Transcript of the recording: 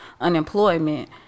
unemployment